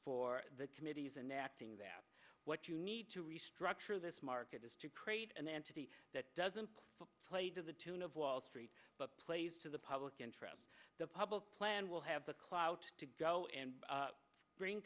for the committees and the acting that what you need to restructure this market is to create an entity that doesn't play to the tune of wall street but plays to the public interest the public plan will have the clout to go and bring